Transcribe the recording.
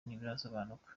ntibirasobanuka